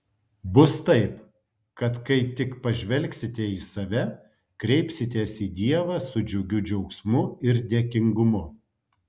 bus taip kad kai tik pažvelgsite į save kreipsitės į dievą su džiugiu džiaugsmu ir dėkingumu